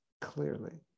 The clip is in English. clearly